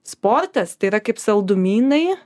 sportas tai yra kaip saldumynai